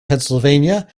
pennsylvania